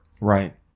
Right